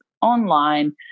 online